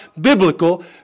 biblical